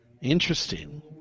interesting